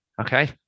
Okay